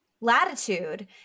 latitude